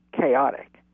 chaotic